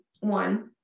one